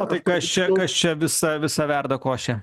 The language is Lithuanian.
o tai kas čia kas čia visą visą verda košę